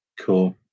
Cool